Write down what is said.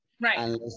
Right